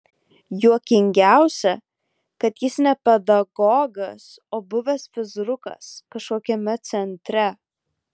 juokingiausia kad jis ne pedagogas o buvęs fizrukas kažkokiame centre